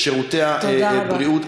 לשירותי הבריאות,